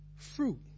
Fruit